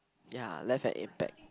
ya left an impact